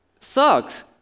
sucks